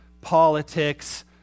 politics